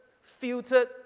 filtered